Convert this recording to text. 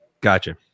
Gotcha